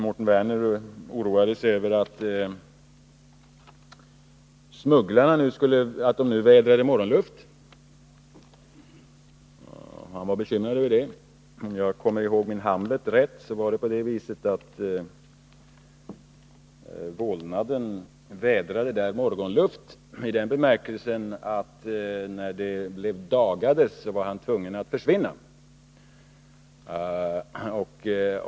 Mårten Werner oroade sig över att smugglarna nu skulle kunna vädra morgonluft. Jag vill då säga att om jag kommer ihåg min Hamlet rätt, vädrade vålnaden där morgonluft i den bemärkelsen att han när det dagades var tvungen att försvinna.